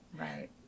Right